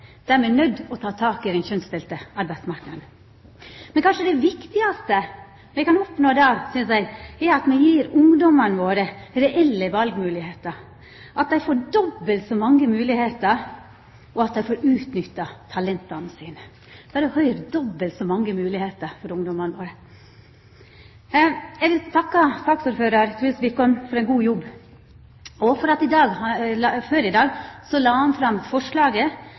der me utnyttar alle ressursane våre, er me nøydde til å ta tak i den kjønnsdelte arbeidsmarknaden. Men kanskje det viktigaste me kan oppnå da, er at me gir ungdomane våre reelle valmoglegheiter – dei får dobbelt så mange moglegheiter, og at dei får utnytta talenta sine. Berre høyr: Dobbelt så mange moglegheiter for ungdomane våre! Eg vil takka saksordførar Truls Wickholm for ein god jobb, og for at han før i dag la fram forslaget